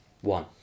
one